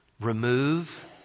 remove